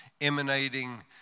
emanating